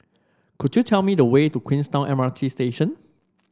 could you tell me the way to Queenstown M R T Station